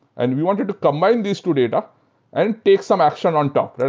and we wanted to combine these two data and take some action on top. and